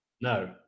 No